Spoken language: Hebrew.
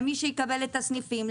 למי שיקבל את הסניפים,